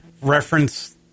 reference